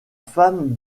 femme